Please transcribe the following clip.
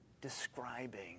describing